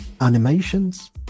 animations